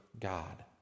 God